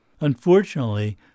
Unfortunately